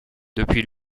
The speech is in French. depuis